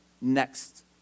next